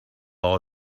all